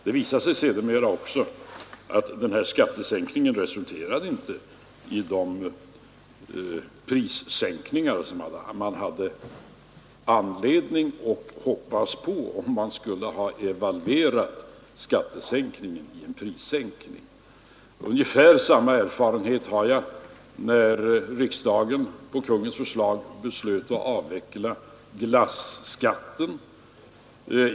Det visade sig sedermera också att denna skattesänkning inte resulterade i de prissänkningar som man hade anledning att hoppas på, om skattesänkningen direkt skulle ha evalverats i en prissänkning. Ungefär samma erfarenhet gjorde jag när riksdagen på Kungl. Maj:ts förslag beslöt att avveckla glasskatten.